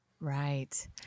Right